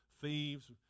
thieves